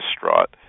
distraught